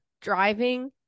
driving